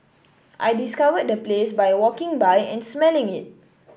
I discovered the place by walking by and smelling it